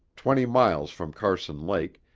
twenty miles from carson lake,